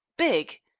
big!